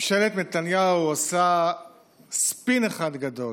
ממשלת נתניהו עושה ספין אחד גדול,